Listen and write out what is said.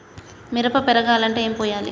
మిరప పెరగాలంటే ఏం పోయాలి?